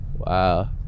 Wow